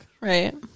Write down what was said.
Right